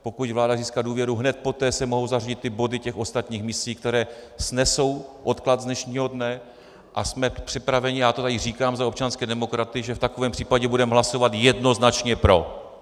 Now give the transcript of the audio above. Pokud vláda získá důvěru, hned poté se mohou zařadit body těch ostatních misí, které snesou odklad z dnešního dne, a jsme připraveni já to tady říkám za občanské demokraty že v takovém případě budeme hlasovat jednoznačně pro.